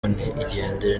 igendere